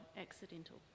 accidental